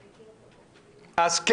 אז,